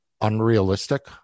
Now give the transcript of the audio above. unrealistic